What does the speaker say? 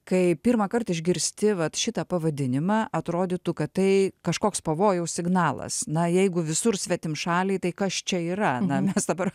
kai pirmąkart išgirsti vat šitą pavadinimą atrodytų kad tai kažkoks pavojaus signalas na jeigu visur svetimšaliai tai kas čia yra na mes dabar